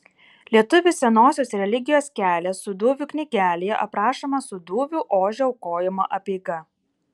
lietuvių senosios religijos kelias sūduvių knygelėje aprašoma sūduvių ožio aukojimo apeiga